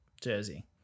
jersey